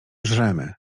żremy